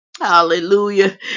hallelujah